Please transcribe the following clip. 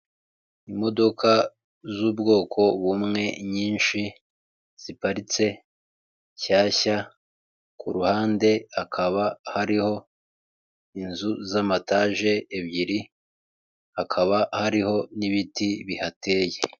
Imodoka z'ubwoko bumwe nyinshi ziparitse nshyashya ,ku ruhande hakaba hariho inzu z'amatage ebyiri hakaba hariho n'ibiti bihateye.